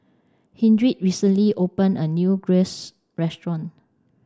Hildred recently opened a new Gyros Restaurant